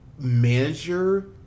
manager